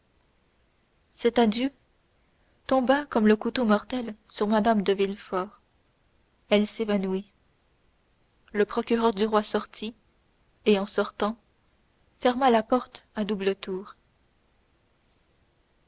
adieu tomba comme le couteau mortel sur mme de villefort elle s'évanouit le procureur du roi sortit et en sortant ferma la porte à double tour